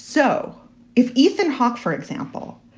so if ethan hawke, for example,